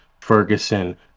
Ferguson